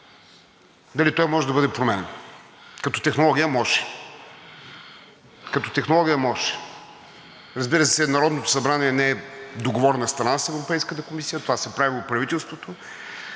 дали той може да бъде променен. Като технология може. Като технология може! Разбира се, Народното събрание не е договорна страна с Европейската комисия, това се прави от правителството,